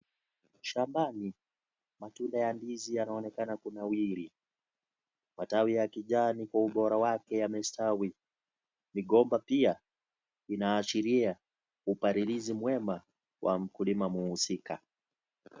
Shambani matunda ya ndizi yanaonekana kunawiri matawi ya kijani kwa ubora wake yamestawi. Migomba pia inaashiria upalilizi mwema wa mkulima mhusika.